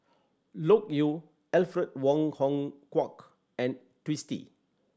Loke Yew Alfred Wong Hong Kwok and Twisstii